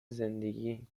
زندگی